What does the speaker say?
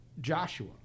Joshua